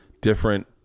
different